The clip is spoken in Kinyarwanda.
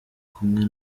kumwe